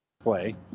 play